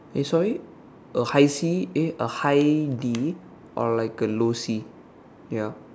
eh sorry a high C eh a high D or like a low C ya